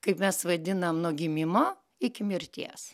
kaip mes vadinam nuo gimimo iki mirties